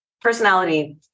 personality